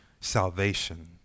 salvation